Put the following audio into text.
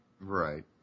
Right